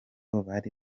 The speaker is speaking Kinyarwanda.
bari